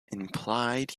implied